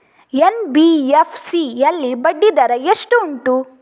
NBFC ಯಲ್ಲಿ ಬಡ್ಡಿ ದರ ಎಷ್ಟು ಉಂಟು?